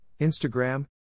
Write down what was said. Instagram